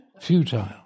futile